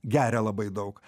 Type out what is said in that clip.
geria labai daug